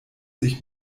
sich